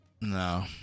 No